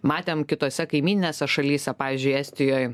matėm kitose kaimyninėse šalyse pavyzdžiui estijoj